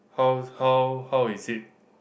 how's how how is it